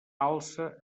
alça